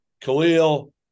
Khalil